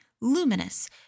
luminous